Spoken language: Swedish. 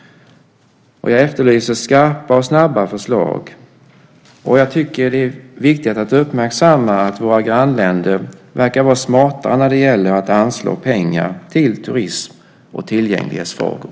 Jag efterlyser skarpa och snabba förslag. Det är viktigt att uppmärksamma att våra grannländer verkar vara smartare när det gäller att anslå pengar till turism och tillgänglighetsfrågor.